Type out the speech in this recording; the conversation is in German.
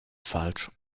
falsch